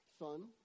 Son